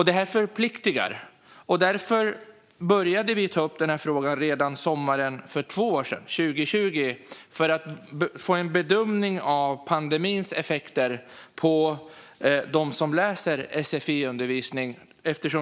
Detta förpliktar, och därför tog vi upp den här frågan redan sommaren 2020 för att få en bedömning av pandemins effekter på dem som läser sfi.